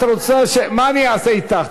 מה את רוצה שאני אעשה אתך?